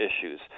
issues